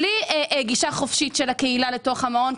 בלי גישה חופשית של הקהילה למעון,